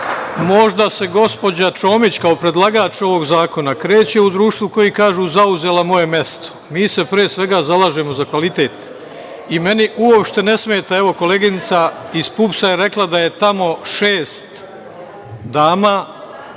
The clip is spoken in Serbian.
tako. Možda se gospođa Čomić kao predlagač ovog zakona kreće u društvu onih koji kažu – zauzela moje mesto. Mi se, pre svega, zalažemo za kvalitet i meni uopšte ne smeta, evo, koleginica iz PUPS-a je rekla da je tamo šest dama,